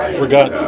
forgot